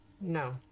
No